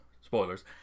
Spoilers